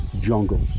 jungle